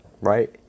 Right